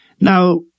Now